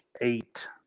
eight